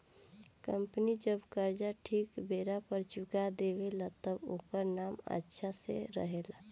company जब कर्जा ठीक बेरा पर चुका देवे ला तब ओकर नाम अच्छा से रहेला